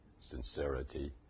sincerity